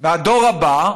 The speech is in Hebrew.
בדור הבא,